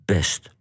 Best